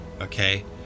Okay